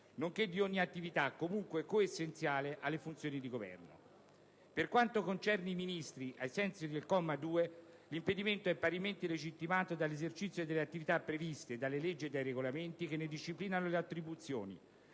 nonché di ogni attività comunque coessenziale alle funzioni di governo. Per quanto concerne i Ministri, ai sensi del comma 2, l'impedimento è, parimenti, legittimato dall'esercizio delle attività previste dalle leggi e dai regolamenti che ne disciplinano le attribuzioni,